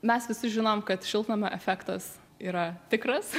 mes visi žinom kad šiltnamio efektas yra tikras